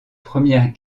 première